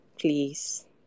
please